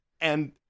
And-